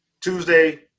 Tuesday